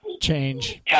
change